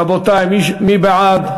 רבותי, מי בעד?